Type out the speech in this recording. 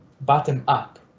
bottom-up